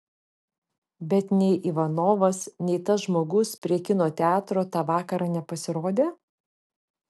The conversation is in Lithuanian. bet nei ivanovas nei tas žmogus prie kino teatro tą vakarą nepasirodė